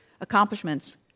accomplishments